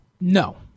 No